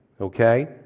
Okay